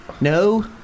No